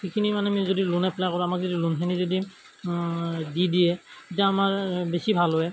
সেইখিনি মানে আমি যদি লোণ এপ্লাই কৰোঁ আমাক যদি লোণখিনি যদি দি দিয়ে তেতিয়া আমাৰ বেছি ভাল হয়